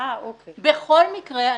ובכל מקרה,